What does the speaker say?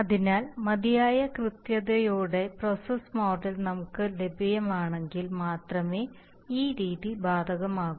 അതിനാൽ മതിയായ കൃത്യതയുടെ പ്രോസസ് മോഡൽ നമുക്ക് ലഭ്യമാണെങ്കിൽ മാത്രമേ ഈ രീതി ബാധകമാകൂ